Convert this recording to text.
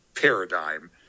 paradigm